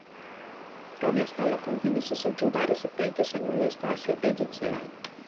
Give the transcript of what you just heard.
pro miestelio kankinius vis sunkiau darėsi praeiti seniūnei stasei eidukienei